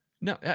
no